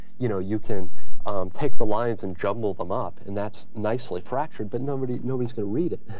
you know, you can take the lines and jumble them up and that's nicely fractured, but nobody nobody's going to read it,